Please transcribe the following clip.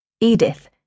Edith